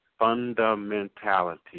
fundamentality